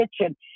kitchen